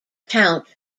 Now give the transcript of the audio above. count